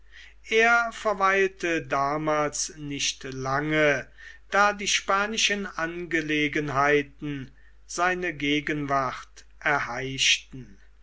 er verweilte damals nicht lange da die spanischen angelegenheiten seine gegenwart erheischten